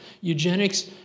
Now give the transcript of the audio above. Eugenics